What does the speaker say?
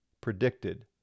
predicted